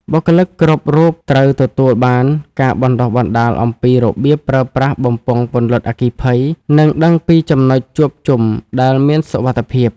បុគ្គលិកគ្រប់រូបត្រូវទទួលបានការបណ្ដុះបណ្ដាលអំពី របៀបប្រើប្រាស់បំពង់ពន្លត់អគ្គិភ័យ និងដឹងពីចំណុចជួបជុំដែលមានសុវត្ថិភាព។